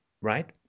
right